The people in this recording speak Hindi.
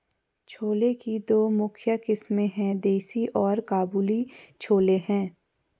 छोले की दो मुख्य किस्में है, देसी और काबुली छोले हैं